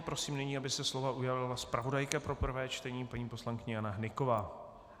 Prosím nyní, aby se slova ujala zpravodajka pro prvé čtení paní poslankyně Jana Hnyková.